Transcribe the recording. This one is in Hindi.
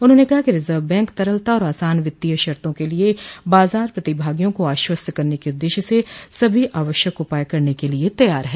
उन्होंने कहा कि रिजर्व बैंक तरलता और आसान वित्तीय शर्तों के लिए बाजार प्रतिभागियों को आश्वस्त करने के उद्देश्य से सभी आवश्यक उपाय करने के लिए तैयार है